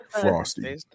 frosty